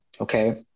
okay